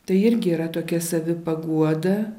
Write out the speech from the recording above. tai irgi yra tokia savipaguoda